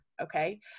okay